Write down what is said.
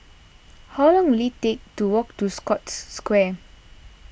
how long will it take to walk to Scotts Square